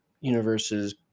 universes